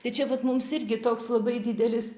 tai čia vat mums irgi toks labai didelis